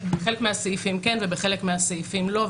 ובחלק מהסעיפים היא לא מופיעה,